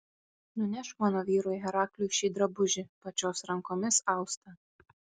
nunešk mano vyrui herakliui šį drabužį pačios rankomis austą